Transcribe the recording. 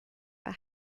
for